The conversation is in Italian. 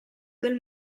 del